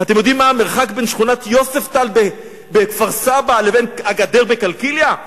אתם יודעים מה המרחק בין שכונת יוספטל בכפר-סבא לבין הגדר בקלקיליה?